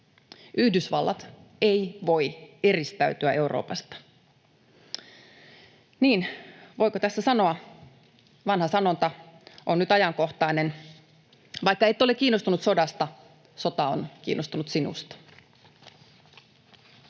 Yhdysvallat ei voi eristäytyä Euroopasta. Niin, voiko tässä sanoa, että vanha sanonta on nyt ajankohtainen: vaikka et ole kiinnostunut sodasta, sota on kiinnostunut sinusta.